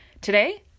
Today